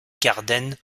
garden